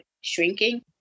shrinking